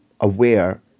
aware